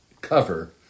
cover